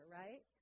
right